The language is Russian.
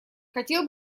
хотел